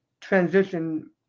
transition